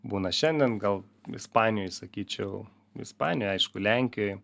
būna šiandien gal ispanijoj sakyčiau ispanijoj aišku lenkijoj